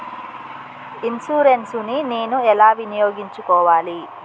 Insurance ని నేను ఎలా వినియోగించుకోవాలి?